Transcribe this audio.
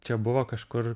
čia buvo kažkur